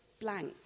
blank